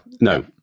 no